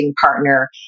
partner